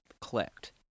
clicked